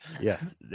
Yes